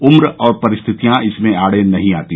उम्र और परिस्थितियां इसमें आड़े नहीं आती